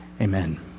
Amen